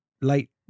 late